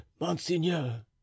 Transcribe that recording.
monseigneur